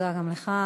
תודה גם לך.